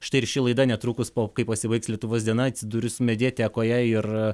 štai ir ši laida netrukus po kai pasibaigs lietuvos diena atsidurs mediatekoje ir